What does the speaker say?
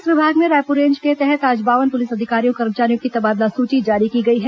police विभाग में Raipur range के तहत आज बावन पुलिस अधिकारियों कर्मचारियों की तबादला सूची जारी की गई हैं